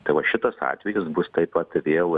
tai va šitas atvejis bus taip vat vėl